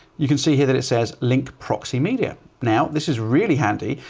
you can see here that it says link proxy media. now this is really handy,